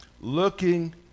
looking